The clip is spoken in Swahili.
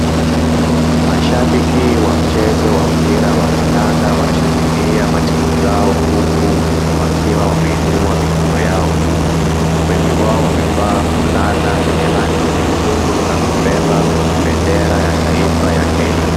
Mashabiki wa mchezo wa mpira wa kandanda wanashangilia matimu zao, huku wakiwa wameinua mikono yao juu. Wengi wao wamevaa fulana zenye rangi nyekundu na kubeba bendera ya taifa ya Kenya.